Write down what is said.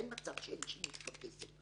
אין מצב שאין שימוש בכסף.